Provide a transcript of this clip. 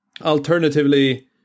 Alternatively